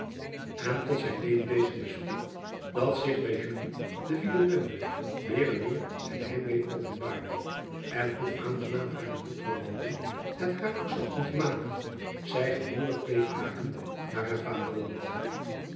en tot zijn leedwezen bespeurd dat zich bij meer en meer het heimwee openbaarde en hoe aangenaam hare bloedverwanten het haar ook zochten te maken zij gedurig bleef haken naar haar